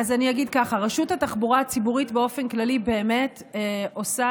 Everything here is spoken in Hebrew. אני אגיד ככה: רשות התחבורה הציבורית באופן כללי באמת עושה,